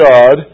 God